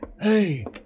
Hey